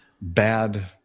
bad